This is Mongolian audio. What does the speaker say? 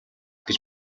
гэж